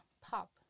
pop